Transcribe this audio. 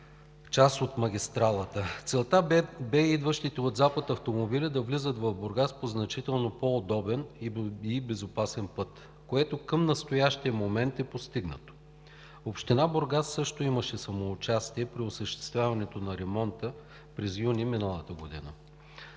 част от магистралата. Целта бе идващите от запад автомобили да влизат в Бургас по значително по-удобен и безопасен път, което към настоящия момент е постигнато. Община Бургас също имаше самоучастие при осъществяването на ремонта през месец юни миналата година.